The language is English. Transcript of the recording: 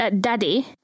Daddy